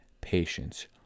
patience